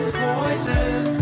poison